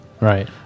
Right